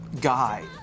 guy